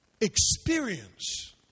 Experience